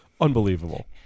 Unbelievable